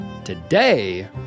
Today